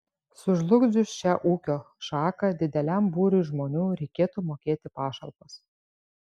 sužlugdžius šią ūkio šaką dideliam būriui žmonių reikėtų mokėti pašalpas